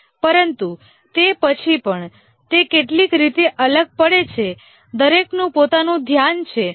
પરંતુ તે પછી પણ તે કેટલીક રીતે અલગ પડે છે દરેકનું પોતાનું ધ્યાન છે